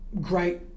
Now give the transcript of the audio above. great